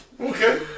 Okay